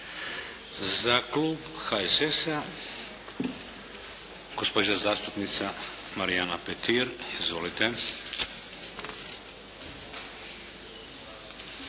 Za klub HSS-a, gospođa zastupnica Marijana Petir. Izvolite.